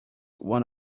one